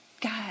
God